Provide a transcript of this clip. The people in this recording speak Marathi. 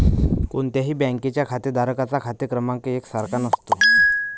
कोणत्याही बँकेच्या खातेधारकांचा खाते क्रमांक एक सारखा नसतो